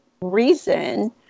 reason